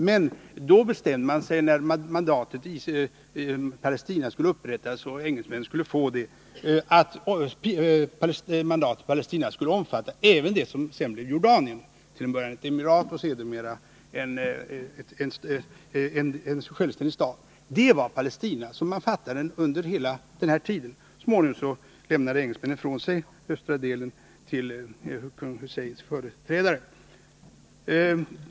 Men då, när mandatet Palestina skulle upprättas och engelsmännen skulle få det, bestämde man att mandatet Palestina även skulle omfatta det som sedan blev Jordanien — till en början ett emirat och sedermera en självständig stat. Det var så man uppfattade Palestina under hela denna tid. Så småningom lämnade engelsmännen ifrån sig den östra delen till kung Husseins företrädare.